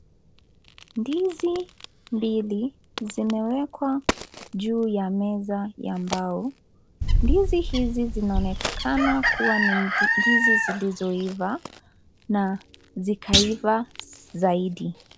Ndizi mbili zimewekwa juu ya meza ya mbao, ndizi hizi zinaonekana ni ndizi zilizoiva na zikaiva zaidi.